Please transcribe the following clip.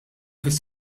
fis